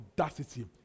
audacity